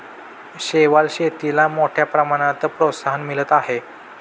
शेवाळ शेतीला मोठ्या प्रमाणात प्रोत्साहन मिळत आहे